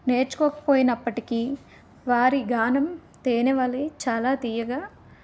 నేర్చుకోకపోయినప్పటికీ వారి గానం తేనే వలే చాలా తీయగా